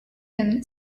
him